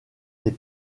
les